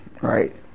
Right